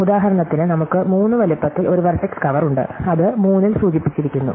ഉദാഹരണത്തിന് നമുക്ക് 3 വലുപ്പത്തിൽ ഒരു വെർട്ടെക്സ് കവർ ഉണ്ട് അത് 3 ൽ സൂചിപ്പിച്ചിരിക്കുന്നു